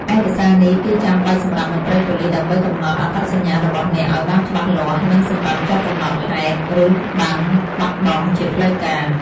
ឯកសារនេះគឺចាំបាច់សម្រាប់មន្ត្រីប៉ូលិសដើម្បីកំណត់អត្តសញ្ញាណរបស់អ្នកឲ្យបានច្បាស់លាស់ និងសម្រាប់ចុះកំណត់ហេតុ ឬប័ណ្ណបាត់បង់ជាផ្លូវការ។